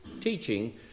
teaching